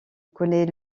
connaît